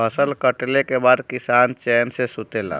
फसल कटले के बाद किसान चैन से सुतेला